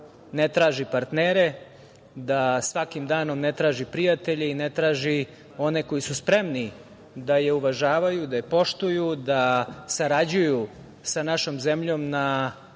ne traži partnere, da svakim danom ne traži prijatelje i ne traži one koji su spremni da je uvažavaju, da je poštuju, da sarađuju sa našom zemljom na